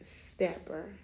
stepper